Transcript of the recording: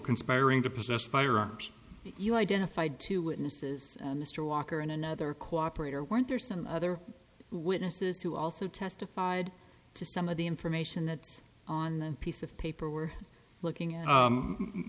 conspiring to possess firearms you identified two witnesses mr walker and another cooperate or weren't there some other witnesses who also testified to some of the information that's on the piece of paper we're looking at